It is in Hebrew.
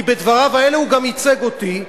כי בדבריו האלה הוא גם ייצג אותי,